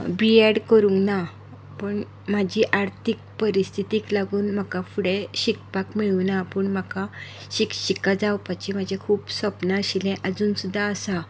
बी Ed करूंक ना म्हाजी आर्थीक परिस्थितीक लागून म्हाका फुडें शिकपाक मेळुना पूण म्हाका शिक्षिका जावपाची म्हाजें खूब सपन आशिल्लें आजून सुद्दा आसा